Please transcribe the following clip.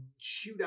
shootout